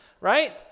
right